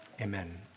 Amen